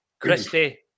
Christie